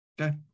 Okay